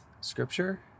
scripture